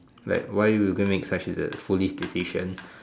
like why you going to make such a foolish decision